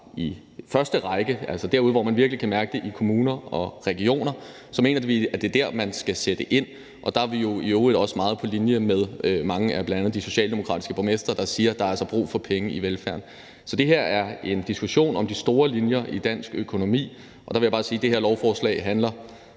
i første række, altså derude, hvor man virkelig kan mærke det, i kommuner og regioner, så mener vi, at det er der, man skal sætte ind. Der er vi jo i øvrigt også meget på linje med mange af de socialdemokratiske borgmestre, der bl.a. siger, at der altså er brug for penge i velfærden. Så det her er en diskussion om de store linjer i dansk økonomi, og der vil jeg bare sige, at det her lovforslag handler